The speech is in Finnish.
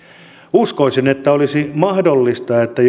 uskoisin että olisi mahdollista että